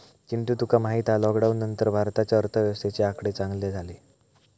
चिंटू तुका माहित हा लॉकडाउन नंतर भारताच्या अर्थव्यवस्थेचे आकडे चांगले झाले